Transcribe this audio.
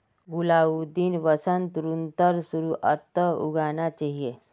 गुलाउदीक वसंत ऋतुर शुरुआत्त उगाना चाहिऐ